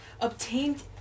obtained